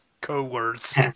co-words